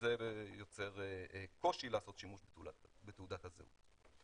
וזה יוצר קושי לעשות שימוש בתעודת הזהות.